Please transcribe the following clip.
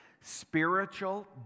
Spiritual